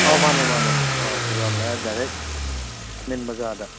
ꯑꯧ ꯃꯥꯅꯦ ꯃꯥꯅꯦ ꯕꯥꯖꯥꯔ ꯃꯌꯥ ꯗꯥꯏꯔꯦꯛ ꯃꯤꯟ ꯕꯥꯖꯥꯔꯗ